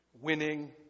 winning